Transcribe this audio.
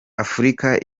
afurika